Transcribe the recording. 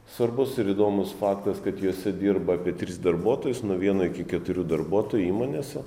svarbus ir įdomus faktas kad jose dirba apie tris darbuotojus nuo vieno iki keturių darbuotojų įmonėse